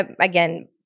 Again